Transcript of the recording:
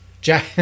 Jack